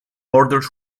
orders